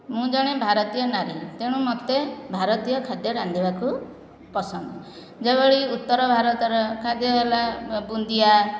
ମୁଁ ଜଣେ ଭାରତୀୟ ନାରୀ ତେଣୁ ମୋତେ ଭାରତୀୟ ଖାଦ୍ୟ ରାନ୍ଧିବାକୁ ପସନ୍ଦ ଯେଉଁଭଳି ଉତ୍ତରଭାରତର ଖାଦ୍ୟ ହେଲା ବୁନ୍ଦିଆ